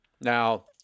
Now